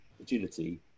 agility